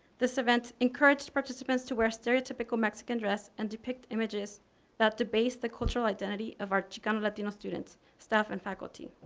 this event encourage participants to wear straight typical mexican dress and depict images that debase the cultural identity of our chicano latino students, staff and faculty.